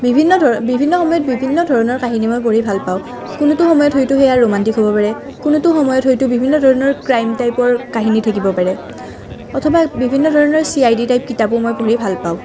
বিভিন্ন ধৰণৰ বিভিন্ন সময়ত বিভিন্ন ধৰণৰ কাহিনী পঢ়ি মই ভালপাওঁ কোনোতো সময়ত সেইয়া হয়তো ৰোমান্তিক হ'ব পাৰে কোনোতো সময়ত হয়তো বিভিন্ন ধৰণৰ ক্ৰাইম টাইপৰ কাহিনী থাকিব পাৰে অথবা বিভিন্ন ধৰণৰ চি আই ডি টাইপ কিতাপো পঢ়ি মই ভাল পাওঁ